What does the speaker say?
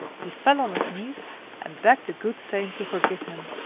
he fell on his knees and begged the good saint to forgive him.